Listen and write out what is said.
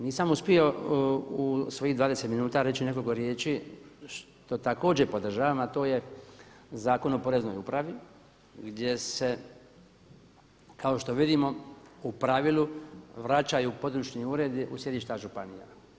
Nisam uspio u svojih 20 minuta reći nekoliko riječi što također podržavam, a to je Zakon o poreznoj upravi, gdje se kao što vidimo u pravilu vraćaju područni uredi u sjedišta županija.